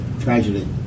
tragedy